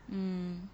mm